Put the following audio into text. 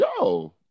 yo